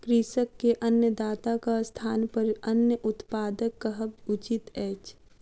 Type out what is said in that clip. कृषक के अन्नदाताक स्थानपर अन्न उत्पादक कहब उचित अछि